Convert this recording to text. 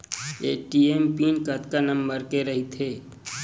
ATM PIN कतका number के रही थे?